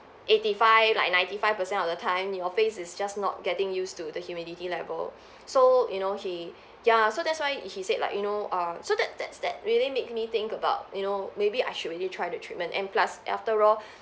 eighty five like ninety five percent of the time your face is just not getting used to the humidity level so you know he ya so that's why he said like you know err so that that's that really make me think about you know maybe I should really try the treatment and plus after all